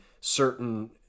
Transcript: certain